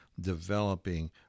developing